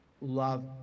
love